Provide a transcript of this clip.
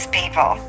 people